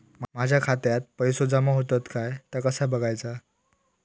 माझ्या खात्यात पैसो जमा होतत काय ता कसा बगायचा?